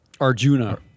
Arjuna